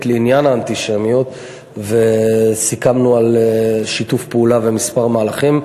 לעניין האנטישמיות וסיכמנו על שיתוף פעולה וכמה מהלכים,